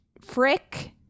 Frick